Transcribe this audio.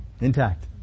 intact